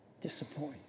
disappoint